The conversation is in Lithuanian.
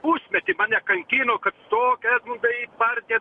pusmetį mane kankino kad stok edmundai į partiją